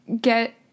get